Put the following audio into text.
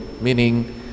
meaning